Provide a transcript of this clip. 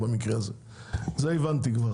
לא עזב את